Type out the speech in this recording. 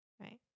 Right